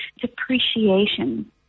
depreciation